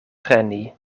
treni